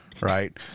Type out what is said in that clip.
right